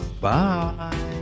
Bye